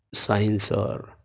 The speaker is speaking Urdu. سائنس اور